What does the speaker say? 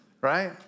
right